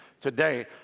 today